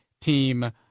team